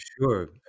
Sure